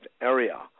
area